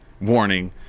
Warning